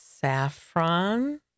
saffron